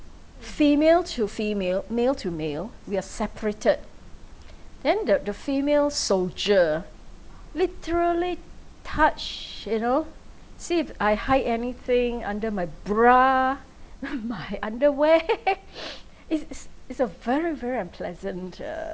female to female male to male we are separated then the the female soldier ah literally touch you know see if I hide anything under my bra my underwear is is is a very very unpleasant uh